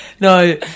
No